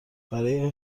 برای